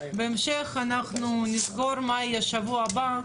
בהמשך אנחנו נסגור מה יהיה שבוע הבא,